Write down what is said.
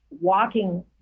walking